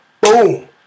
boom